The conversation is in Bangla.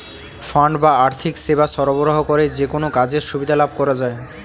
ফান্ড বা আর্থিক সেবা সরবরাহ করে যেকোনো কাজের সুবিধা লাভ করা যায়